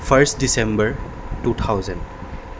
first December two thousand